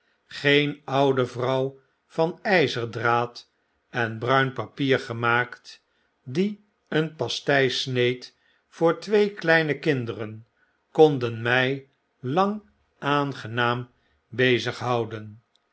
geen oude vrouw van yzerdraad en bruin papier gemaakt die een pastei sneed voor twee kleine kinderen konden my lang aangenaam